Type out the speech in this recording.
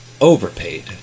overpaid